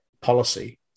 policy